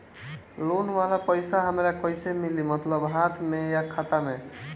Loan वाला पैसा हमरा कइसे मिली मतलब हाथ में या खाता में?